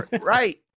right